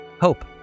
Hope